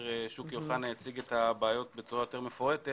שוקי אוחנה יציג את הבעיות בצורה יותר מפורטת